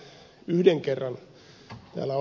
kuten ed